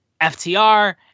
FTR